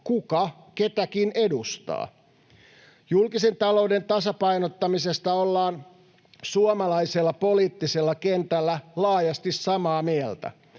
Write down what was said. kuka ketäkin edustaa. Julkisen talouden tasapainottamisesta ollaan suomalaisella poliittisella kentällä laajasti samaa mieltä.